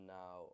now